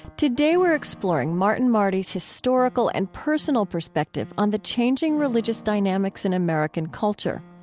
today we're exploring martin marty's historical and personal perspective on the changing religious dynamics in american culture.